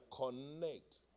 connect